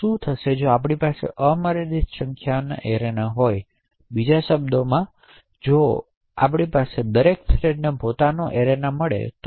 શું થશે જો આપણી પાસે અમર્યાદિત સંખ્યામાં એરેના હોય કે જે બીજા શબ્દોમાં હોય તો શું થશે જો તમે બનાવેલા દરેક થ્રેડને પોતાનો એરેના મળે તો